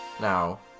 now